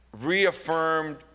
reaffirmed